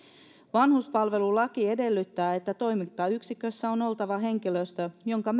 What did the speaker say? vanhuspalvelulaki edellyttää että toimintayksikössä on oltava henkilöstö jonka